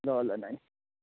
ल ल नानी